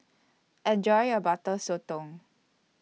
Enjoy your Butter Sotong